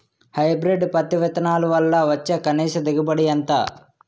Hybrid పత్తి విత్తనాలు వల్ల వచ్చే కనీస దిగుబడి ఎంత?